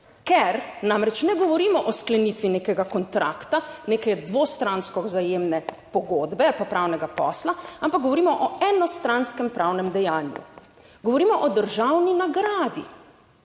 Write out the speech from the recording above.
ker namreč ne govorimo o sklenitvi nekega kontrakta, neke dvostransko vzajemne pogodbe ali pa pravnega posla, ampak govorimo o enostranskem pravnem dejanju, govorimo o državni nagradi.